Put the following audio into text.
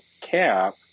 cap